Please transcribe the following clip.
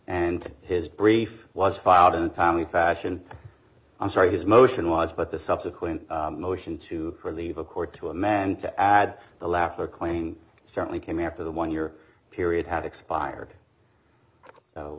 and his brief was filed in a timely fashion i'm sorry his motion was but the subsequent motion to leave a court to a man to add the laughter clane certainly came after the one year period has expired